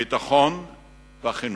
הביטחון והחינוך.